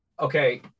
Okay